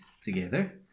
together